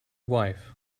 wife